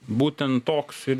būtent toks ir